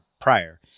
prior